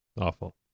Awful